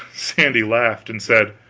sandy laughed, and said